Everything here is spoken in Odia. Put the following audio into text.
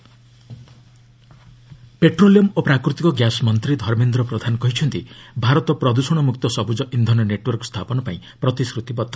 ପ୍ରଧାନ ସମିଟ୍ ପେଟ୍ରୋଲିୟମ୍ ଓ ପ୍ରାକୃତିକ ଗ୍ୟାସ୍ ମନ୍ତ୍ରୀ ଧର୍ମେନ୍ଦ୍ର ପ୍ରଧାନ କହିଛନ୍ତି ଭାରତ ପ୍ରଦୃଷଣମୁକ୍ତ ସବୁଜ ଇନ୍ଧନ ନେଟ୍ୱର୍କ ସ୍ଥାପନପାଇଁ ପ୍ରତିଶ୍ରତିବଦ୍ଧ